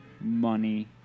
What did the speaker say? money